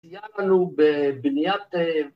‫סיימנו בבניית...